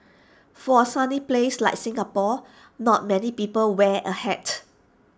for A sunny place like Singapore not many people wear A hat